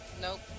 nope